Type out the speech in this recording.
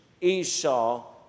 Esau